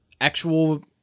actual